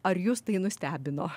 ar jus tai nustebino